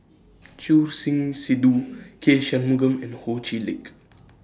Choor Singh Sidhu K Shanmugam and Ho Chee Lick